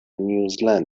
نیوزیلند